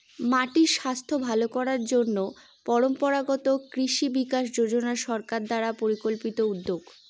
মাটির স্বাস্থ্য ভালো করার জন্য পরম্পরাগত কৃষি বিকাশ যোজনা সরকার দ্বারা পরিকল্পিত উদ্যোগ